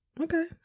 okay